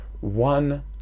one